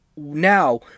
Now